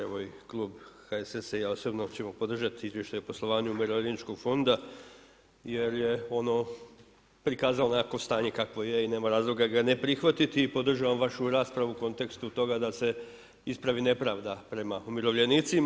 Evo i klub HSS-a i ja osobno ćemo podržati Izvještaj o poslovanju Umirovljeničkog fonda jer je ono prikazalo nekakvo stanje kakvo je i nema razloga ga ne prihvatiti i podržavam vašu raspravu u kontekstu toga da se ispravi nepravda prema umirovljenicima.